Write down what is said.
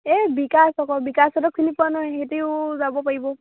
এই বিকাশ আকৌ বিকাশহঁতক চিনি পোৱা নহয় সেইতিও যাব পাৰিব